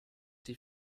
die